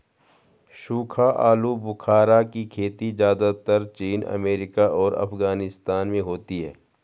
सूखा आलूबुखारा की खेती ज़्यादातर चीन अमेरिका और अफगानिस्तान में होती है